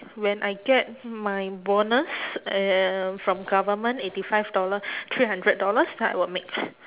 when I get my bonus uh from government eighty five dollar three hundred dollars then I will make